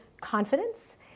confidence